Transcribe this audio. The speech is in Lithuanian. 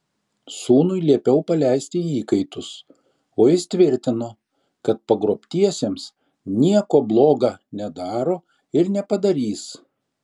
sūnui liepiau paleisti įkaitus o jis tvirtino kad pagrobtiesiems nieko bloga nedaro ir nepadarys